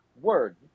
word